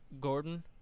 gordon